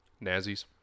Nazis